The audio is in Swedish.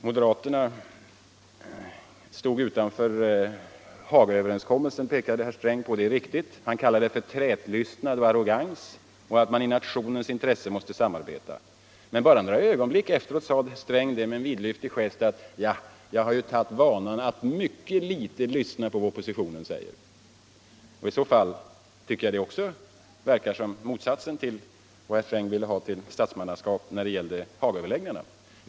Moderaterna stod utanför Hagaöverenskommelsen, påpekade herr Sträng. Han tog det som ett uttryck för trätlystnad och arrogans och framhöll att man i nationens intresse måste samarbeta. Men bara några ögonblick efteråt sade herr Sträng med en vidlyftig gest att han tagit för vana att mycket litet lyssna på vad oppositionen säger. Jag tycker det verkar vara motsatsen till vad herr Sträng ville ha till statsmannaskap när det gällde Hagaöverläggningarna.